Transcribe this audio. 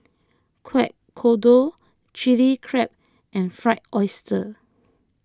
Kueh Kodok Chili Crab and Fried Oyster